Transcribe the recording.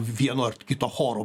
vieno ar kito choro